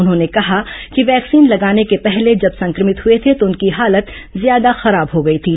उन्होंने कहा कि वैक्सीन लगाने को पहले जब संक्रमित हुए थे तो उनकी हालत ज्यादा खराब हो गई थीं